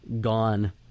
gone